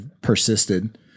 persisted